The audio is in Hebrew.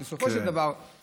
בסופו של דבר, כן.